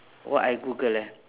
what I google ah